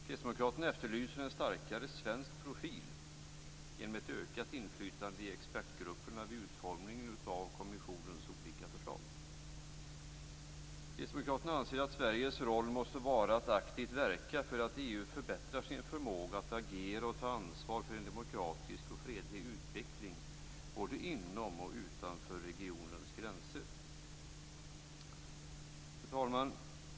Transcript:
Kristdemokraterna efterlyser en starkare svensk profil genom ett ökat inflytande i expertgrupperna vid utformningen av kommissionens olika förslag. Kristdemokraterna anser att Sveriges roll måste vara att aktivt verka för att EU förbättrar sin förmåga att agera och ta ansvar för en demokratisk och fredlig utveckling både inom och utanför unionens gränser. Fru talman!